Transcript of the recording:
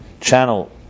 channel